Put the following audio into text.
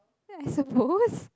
ya I suppose